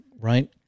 right